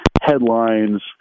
headlines